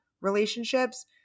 relationships